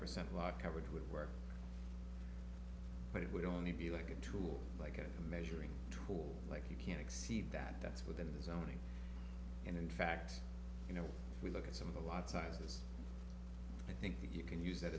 percent of our coverage would work but it would only be like a tool like a measuring tool like you can exceed that that's within the zoning and in fact you know we look at some of the lot sizes i think that you can use that